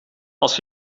als